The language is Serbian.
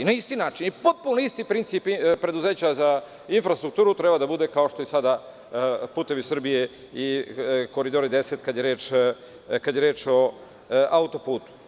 Na isti način i potpuno isti princip preduzeća za infrastrukturu treba da bude kao što je sada „Putevi Srbije“ i K10, kada je reč o autoputu.